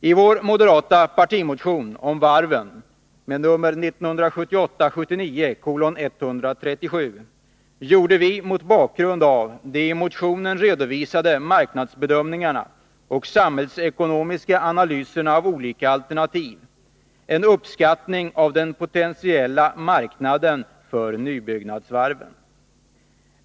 I vår moderata partimotion om varven, 1978/79:137, gjorde vi, mot bakgrund av de i motionen redovisade marknadsbedömningarna och samhällsekonomiska analyserna av olika alternativ, en uppskattning av den potentiella marknaden för nybyggnadsvarven.